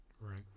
Right